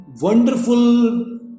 wonderful